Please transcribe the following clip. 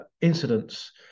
incidents